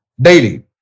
daily